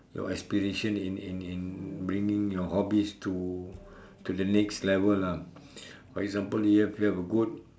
your aspiration in in in bringing your hobbies to to the next level ah for example you have you have a boat